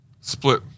Split